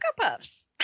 Puffs